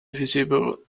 visible